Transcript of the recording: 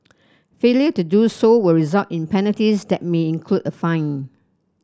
failure to do so will result in penalties that may include a fine